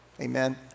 amen